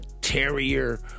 terrier